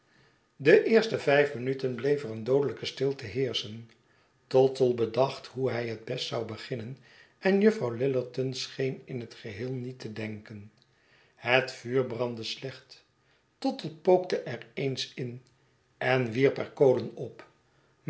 de eerste vijf minuten bleef er een doodelijke stilte heerschen tottle bedacht hoe hij het best zou beginnen en juffrouw lillerton scheen in het geheel niet te denken het vuur brandde slecht tottle pookte er eens in en wierp er kolen op